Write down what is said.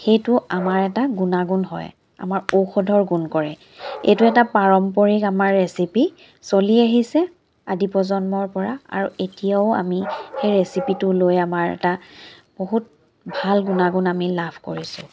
সেইটো আমাৰ এটা গুণাগুণ হয় আমাৰ ঔষধৰ গুণ কৰে এইটো এটা পাৰম্পৰিক আমাৰ ৰেচিপি চলি আহিছে আদি প্ৰজন্মৰ পৰা আৰু এতিয়াও আমি সেই ৰেচিপিটো লৈ আমাৰ এটা বহুত ভাল গুণাগুণ আমি লাভ কৰিছো